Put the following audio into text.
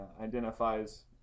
identifies